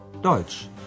Deutsch